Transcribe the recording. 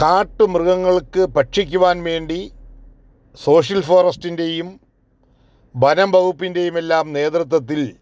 കാട്ടുമൃഗങ്ങൾക്ക് ഭക്ഷിക്കുവാൻ വേണ്ടി സോഷ്യൽ ഫോറെസ്റ്റിൻ്റെയും വനം വകുപ്പിൻ്റെയുമെല്ലാം നേതൃത്വത്തിൽ